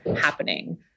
happening